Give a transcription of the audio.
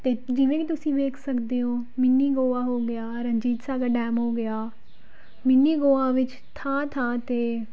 ਅਤੇ ਜਿਵੇਂ ਕਿ ਤੁਸੀਂ ਵੇਖ ਸਕਦੇ ਹੋ ਮਿੰਨੀ ਗੋਆ ਹੋ ਗਿਆ ਰਣਜੀਤ ਸਾਗਰ ਡੈਮ ਹੋ ਗਿਆ ਮਿਨੀ ਗੋਆ ਵਿੱਚ ਥਾਂ ਥਾਂ 'ਤੇ